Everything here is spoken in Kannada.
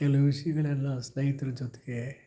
ಕೆಲವು ವಿಷಯಗಳೆಲ್ಲ ಸ್ನೇಹಿತ್ರ ಜೊತೆಗೆ